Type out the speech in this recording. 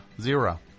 zero